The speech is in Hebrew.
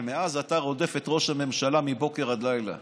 ומאז אתה רודף את ראש הממשלה מבוקר עד לילה.